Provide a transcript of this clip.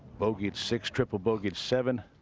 bogeyed six, triple bogeyed seven.